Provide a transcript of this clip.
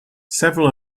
several